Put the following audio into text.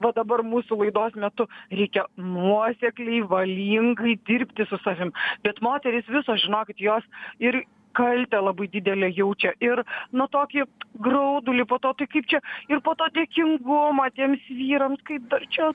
va dabar mūsų laidos metu reikia nuosekliai valingai dirbti su savim bet moterys visos žinokit jos ir kaltę labai didelę jaučia ir na tokį graudulį po to tai kaip čia ir po to dėkingumą tiems vyrams kaip dar čia